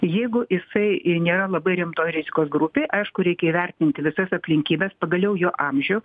jeigu jisai nėra labai rimtoj rizikos grupėj aišku reikia įvertinti visas aplinkybes pagaliau jo amžių